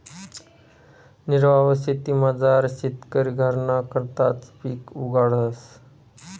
निर्वाह शेतीमझार शेतकरी घरना करताच पिक उगाडस